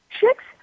Chicks